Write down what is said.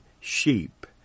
sheep